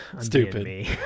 stupid